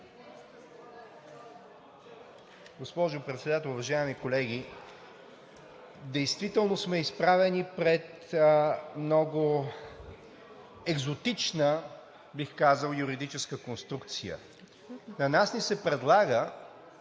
Госпожо Председател, уважаеми колеги! Действително сме изправени пред много екзотична, бих казал, юридическа конструкция. На нас ни се предлага